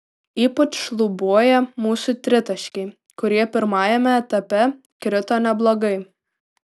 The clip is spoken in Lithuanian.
ypač šlubuoja mūsų tritaškiai kurie pirmajame etape krito neblogai